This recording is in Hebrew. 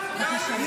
הפה?